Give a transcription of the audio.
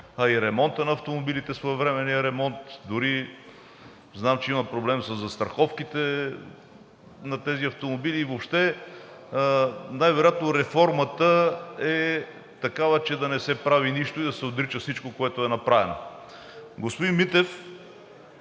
а и с ремонта на автомобилите – своевременния ремонт. Дори знам, че има проблем със застраховките на тези автомобили и въобще най-вероятно реформата е такава, че да не се прави нищо и да се отрича всичко, което е направено. Господин Митев,